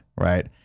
right